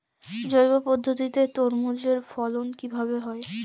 জৈব পদ্ধতিতে তরমুজের ফলন কিভাবে হয়?